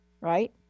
right